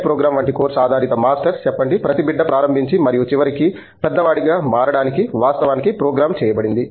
Tech program వంటి course ఆధారిత masters చెప్పండి ప్రతి బిడ్డ ప్రారంభించి మరియు చివరికి పెద్దవాడిగా మారడానికీ వాస్తవానికి ప్రోగ్రామ్ చేయబడింది